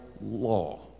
law